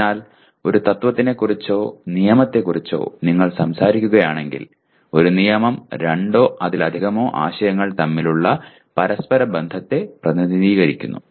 അതിനാൽ ഒരു തത്വത്തെക്കുറിച്ചോ നിയമത്തെക്കുറിച്ചോ നിങ്ങൾ സംസാരിക്കുകയാണെങ്കിൽ ഒരു നിയമം രണ്ടോ അതിലധികമോ ആശയങ്ങൾ തമ്മിലുള്ള പരസ്പരബന്ധത്തെ പ്രതിനിധീകരിക്കുന്നു